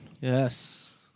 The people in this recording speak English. Yes